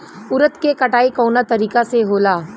उरद के कटाई कवना तरीका से होला?